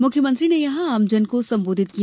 मुख्यमंत्री ने यहा आमजन को सम्बोधित किया